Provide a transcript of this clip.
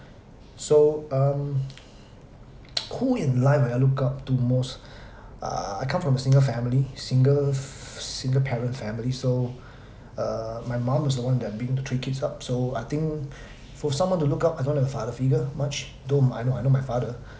so um who in life will I look up to most uh I come from a single family sing~ single parent family so uh my mum is the one that bring the three kids up so I think for someone to look up I don't have a father figure much don't I know I know my father